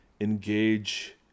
engage